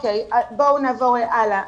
אז בואו נעבור הלאה.